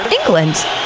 England